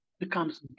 Becomes